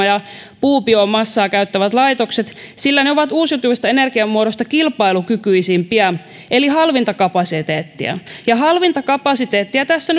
ja puubiomassaa käyttävät laitokset sillä ne ovat uusiutuvista energiamuodoista kilpailukykyisimpiä eli halvinta kapasiteettia ja halvinta kapasiteettia tässä